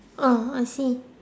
oh I see